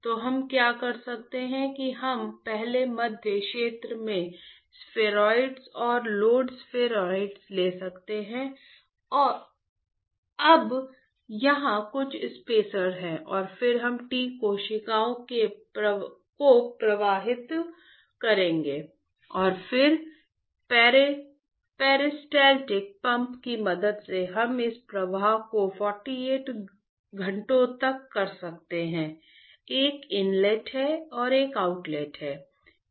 तो हम क्या कर सकते हैं कि हम पहले मध्य क्षेत्र में स्फेरॉइड पंप की मदद से हम इस प्रवाह को 48 घंटे तक कर सकते हैं एक इनलेट है और एक आउटलेट है